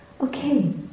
Okay